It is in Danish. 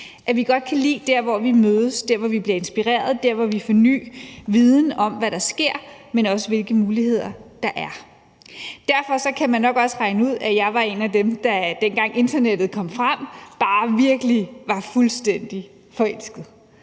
at vi godt kan lide dér, hvor vi mødes, dér, hvor vi bliver inspireret, og der, hvor vi får ny viden om, hvad der sker, men også hvilke muligheder der er. Derfor kan man nok også regne ud, at jeg var en af dem, der, dengang internettet kom frem, bare virkelig var fuldstændig forelsket.